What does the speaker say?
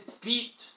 beat